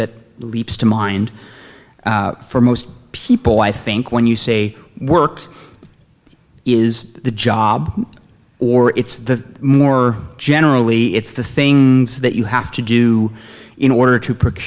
that leaps to mind for most people i think when you say work is the job or it's the more generally it's the things that you have to do in order to pro